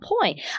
point